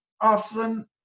often